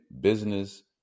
business